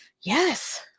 Yes